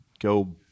go